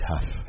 tough